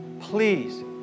please